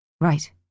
Right